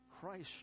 Christ